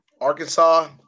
Arkansas